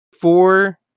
four